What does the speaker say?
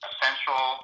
Essential